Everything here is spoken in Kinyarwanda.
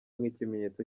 nk’ikimenyetso